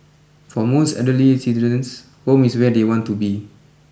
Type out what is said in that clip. for most elderly citizens home is where they want to be